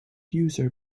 user